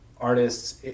artists